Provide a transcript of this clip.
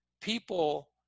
people